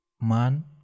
man